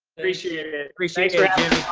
appreciate it. appreciate